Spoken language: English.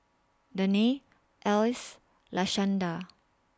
Danae Alys Lashanda